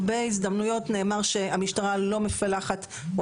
בהרבה הזדמנויות נאמר שהמשטרה לא מפלחת או